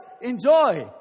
Enjoy